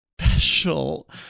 special